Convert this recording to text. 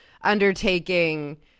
undertaking